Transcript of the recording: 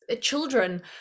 children